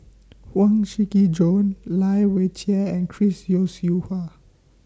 Huang Shiqi Joan Lai Weijie and Chris Yeo Siew Hua